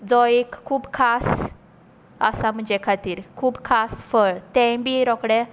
जो एक खूब खास आसा म्हजे खातीर खूब खास फळ तेंय बीं रोखडें